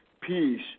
Peace